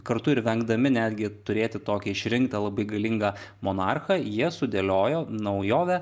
kartu ir vengdami netgi turėti tokią išrinktą labai galingą monarchą jie sudėliojo naujovę